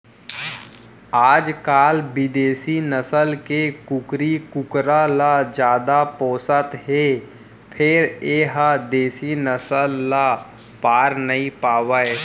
आजकाल बिदेसी नसल के कुकरी कुकरा ल जादा पोसत हें फेर ए ह देसी नसल ल पार नइ पावय